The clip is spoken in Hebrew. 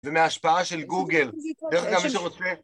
ומההשפעה של גוגל, איך גם מי שרוצה